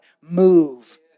move